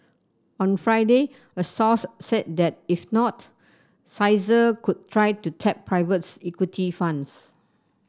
on Friday a source said that if not could try to tap privates equity funds